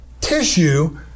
tissue